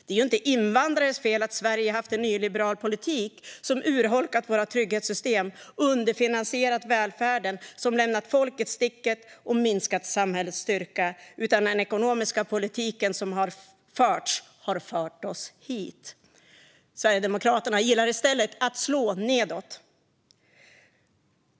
Det är inte invandrarnas fel att Sverige har haft en nyliberal politik som har urholkat våra trygghetssystem, underfinansierat välfärden, lämnat folket i sticket och minskat samhällets styrka. Den ekonomiska politiken har fört oss hit. Sverigedemokraterna gillar i stället att slå nedåt.